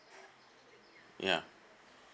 ya